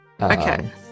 Okay